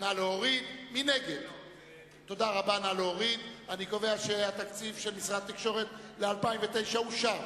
אני קובע שהתקציב של משרד התקשורת ל-2009 אושר.